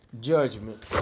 judgment